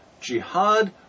Jihad